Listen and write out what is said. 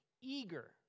eager